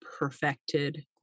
perfected